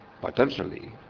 potentially